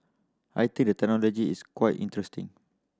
I think the technology is quite interesting